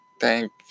thank